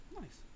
nice